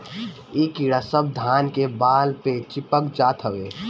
इ कीड़ा सब धान के बाल पे चिपक जात हवे